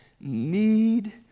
need